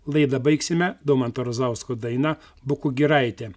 laidą baigsime domanto razausko daina bukų giraitė